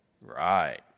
Right